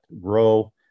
grow